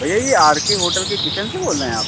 भैया यह R K hotel के किचन से बोल रहें आप